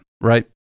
right